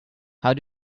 how